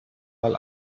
mal